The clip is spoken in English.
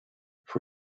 for